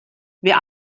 wir